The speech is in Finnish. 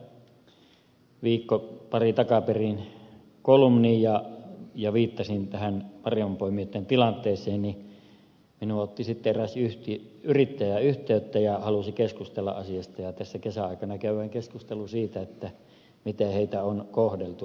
kirjoitin tässä viikko pari takaperin kolumnin ja viittasin tähän marjanpoimijoitten tilanteeseen niin minuun otti sitten eräs yrittäjä yhteyttä ja halusi keskustella asiasta ja tässä kesän aikana käydään keskustelu siitä miten heitä on kohdeltu